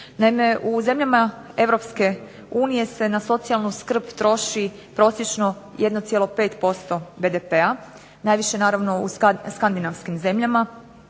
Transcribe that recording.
Naime, u zemljama Europske unije se na socijalnu skrb troši prosječno 1,5% BDP-a, najviše naravno u skandinavskim zemljama,